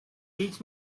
teach